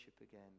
again